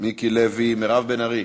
מיקי לוי, מירב בן ארי.